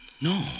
no